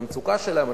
ואת המצוקה שלהם.